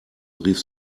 rief